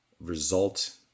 result